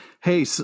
Hey